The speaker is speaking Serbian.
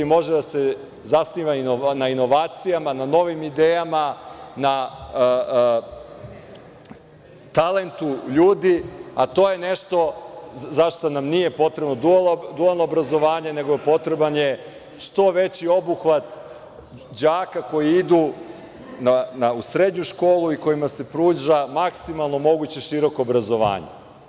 Može da se zasniva na inovacijama, na novim idejama, na talentu ljudi, a to je nešto za šta nam nije potrebno dualno obrazovanje, nego je potreban što veći obuhvat đaka koji idu u srednju školu i kojima se pruža maksimalno moguće široko obrazovanje.